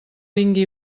vingui